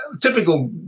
typical